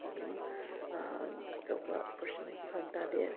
ꯑꯗꯨꯝ ꯑꯆꯧꯕ ꯑꯣꯄꯣꯔꯆꯨꯅꯤꯇꯤ ꯐꯪ ꯇꯥꯔꯗꯤ